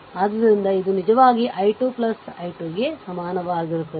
ಆದ್ದರಿಂದ ಇದು ನಿಜವಾಗಿ i 2 i 2ಗೆ ಸಮಾನವಾಗಿರುತ್ತದೆ